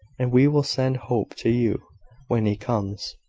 and we will send hope to you when he comes,